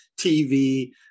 TV